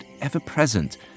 ever-present